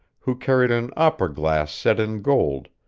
who carried an opera glass set in gold,